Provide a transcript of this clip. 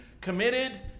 committed